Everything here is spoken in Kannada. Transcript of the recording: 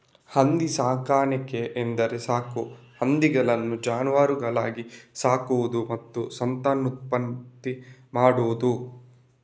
ಹಂದಿ ಸಾಕಾಣಿಕೆ ಎಂದರೆ ಸಾಕು ಹಂದಿಗಳನ್ನು ಜಾನುವಾರುಗಳಾಗಿ ಸಾಕುವುದು ಮತ್ತು ಸಂತಾನೋತ್ಪತ್ತಿ ಮಾಡುವುದು